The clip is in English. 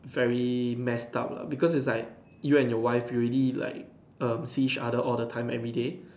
very messed up lah because it's like you and your wife you already like um see each other all the time everyday